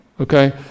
okay